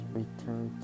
return